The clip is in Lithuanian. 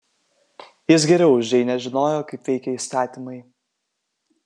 jis geriau už džeinę žinojo kaip veikia įstatymai